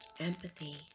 empathy